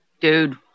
dude